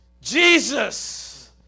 Jesus